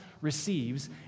receives